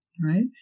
right